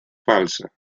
falsa